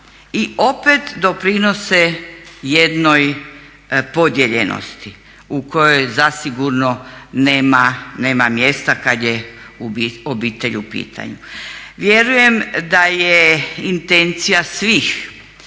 i opet doprinose jednoj podijeljenosti u kojoj zasigurno nema mjesta kada je obitelj u pitanju. Vjerujem da je intencija svih